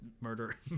murder